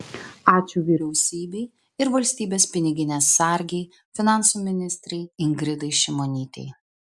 ačiū vyriausybei ir valstybės piniginės sargei finansų ministrei ingridai šimonytei